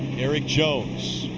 eric jones,